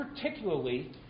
particularly